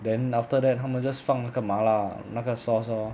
then after that 他们 just 放那个麻辣那个 sauce lor